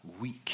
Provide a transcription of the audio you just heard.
weak